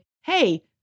hey